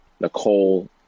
Nicole